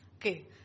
Okay